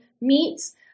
meats